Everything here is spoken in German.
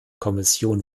kommission